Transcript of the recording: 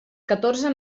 catorze